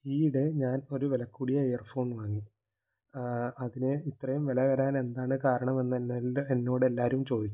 ഈയിടെ ഞാൻ ഒരു വിലകൂടിയ ഒരു ഇയർഫോൺ വാങ്ങി അതിന് ഇത്രയും വില വരാൻ എന്താണ് കാരണമെന്ന് എന്നോടെല്ലാവരും ചോദിച്ചു